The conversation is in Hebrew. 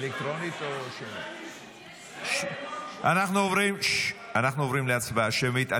קלנר, אנחנו עוברים להצבעה שמית.